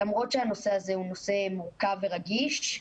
למרות שהנושא הזה הוא נושא מורכב ורגיש,